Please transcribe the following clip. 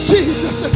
Jesus